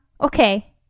Okay